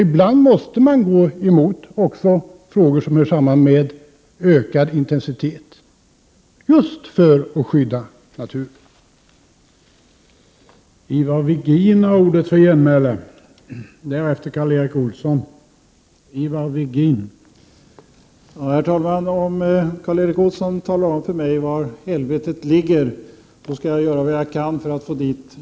Ibland måste man gå emot också förslag som innebär ökad intensitet, just för att skydda naturen.